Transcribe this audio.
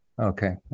Okay